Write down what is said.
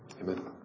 amen